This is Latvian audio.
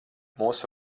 mūsu